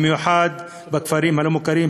במיוחד בכפרים הלא-מוכרים,